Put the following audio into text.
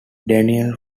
daniel